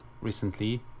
recently